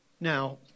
Now